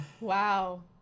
Wow